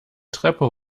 treppe